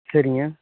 சரிங்க